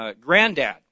granddad